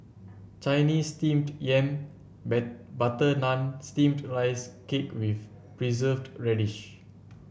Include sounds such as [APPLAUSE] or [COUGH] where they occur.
Chinese Steamed Yam [UNINTELLIGIBLE] butter naan and steamed Rice Cake with Preserved Radish